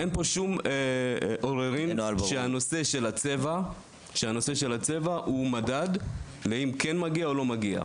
אין שום עוררין על כך שנושא הצבע הוא מדד לנתינת החיסון.